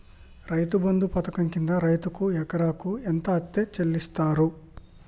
రైతు బంధు పథకం కింద రైతుకు ఎకరాకు ఎంత అత్తే చెల్లిస్తరు?